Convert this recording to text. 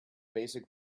basic